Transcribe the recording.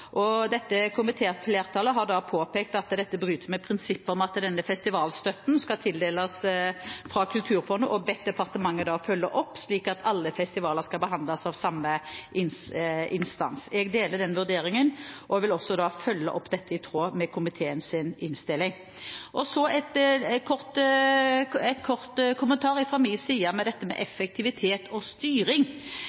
har påpekt at dette bryter med prinsippet om at denne festivalstøtten skal tildeles fra Kulturfondet, og har bedt departementet følge opp, slik at alle festivaler skal bli behandlet av samme instans. Jeg deler den vurderingen og vil følge opp dette i tråd med komiteens innstilling. En kort kommentar om effektivitet og styring i departementet og «korte og lange ermer», som mange er opptatt av. Nå nylig ble det lagt frem en rapport som er utarbeidet av Kjærvik og